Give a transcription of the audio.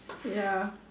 ya